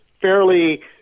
fairly